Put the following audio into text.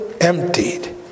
emptied